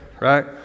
Right